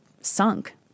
sunk